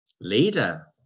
Leader